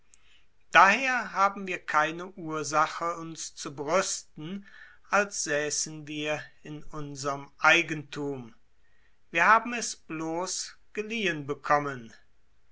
daher haben keine ursache uns zu brüsten als säßen wir in unserm eigenthum wir haben es geliehen bekommen